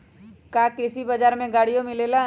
का कृषि बजार में गड़ियो मिलेला?